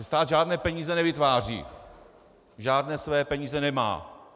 Stát žádné peníze nevytváří, žádné své peníze nemá.